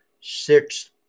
six